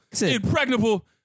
impregnable